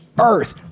earth